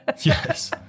yes